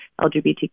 LGBTQ